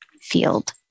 field